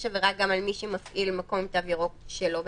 שפועל עם מאפיינים שונים.